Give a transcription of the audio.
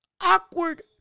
awkward